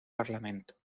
parlamento